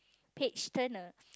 page turner